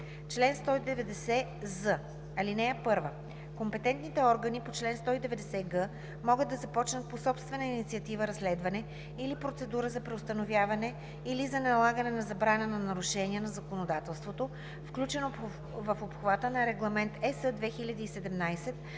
Чл. 190з. (1) Компетентните органи по чл. 190г могат да започнат по собствена инициатива разследване или процедура за преустановяване или за налагане на забрана на нарушения на законодателството, включено в обхвата на Регламент (ЕС)